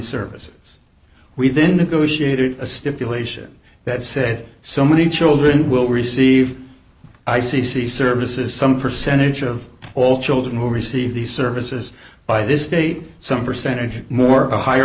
services within the goetia a stipulation that said so many children will receive leave i c c services some percentage of all children who receive these services by this state some percentage more a higher